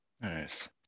Nice